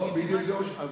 אז זה בדיוק מה שאמרתי.